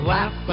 Laugh